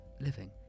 living